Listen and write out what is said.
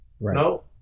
No